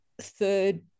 third